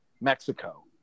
Mexico